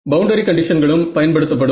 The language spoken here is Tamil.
பவுண்டரி கண்டிஷன்களும் பயன்படுத்தப்படும்